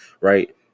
Right